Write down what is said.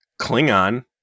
Klingon